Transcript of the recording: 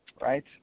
right